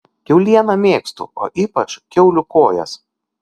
kiaulieną mėgstu o ypač kiaulių kojas